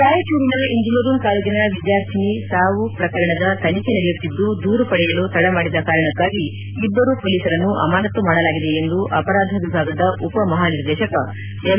ರಾಯಚೂರಿನ ಇಂಜಿನಿಯರಿಂಗ್ ಕಾಲೇಜಿನ ವಿದ್ಯಾರ್ಥಿನಿ ಸಾವು ಪ್ರಕರಣದ ತನಿಖೆ ನಡೆಯುತ್ತಿದ್ದು ದೂರು ಪಡೆಯಲು ತದ ಮಾಡಿದ ಕಾರಣಕ್ಕಾಗಿ ಇಬ್ಬರು ಪೊಲೀಸರನ್ನು ಅಮಾನತ್ತು ಮಾಡಲಾಗಿದೆ ಎಂದು ಅಪರಾಧ ವಿಭಾಗದ ಉಪಮಹಾನಿರ್ದೇಶಕ ಎಂ